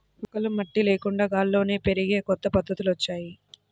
మొక్కలు మట్టి లేకుండా గాల్లోనే పెరిగే కొత్త పద్ధతులొచ్చాయ్